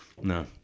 no